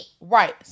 Right